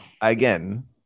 Again